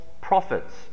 prophets